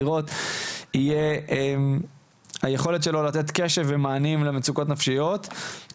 יהיה היכולת שלו לתת קשב ומענים למצוקות נפשיות,